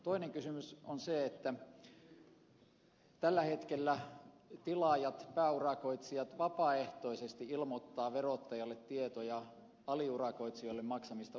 toinen kysymys on se että tällä hetkellä tilaajat pääurakoitsijat vapaaehtoisesti ilmoittavat verottajalle tietoja aliurakoitsijoille maksamistaan urakkasummista